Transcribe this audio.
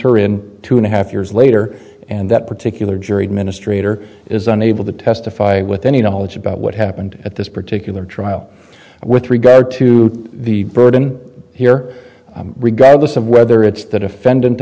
her in two and a half years later and that particular jury administrator is unable to testify with any knowledge about what happened at this particular trial with regard to the burden here regardless of whether it's the defendant